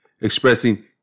expressing